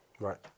Right